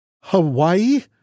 Hawaii